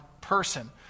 person